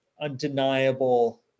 undeniable